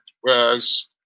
Whereas